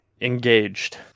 engaged